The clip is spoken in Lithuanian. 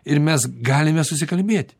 ir mes galime susikalbėti